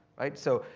right? so,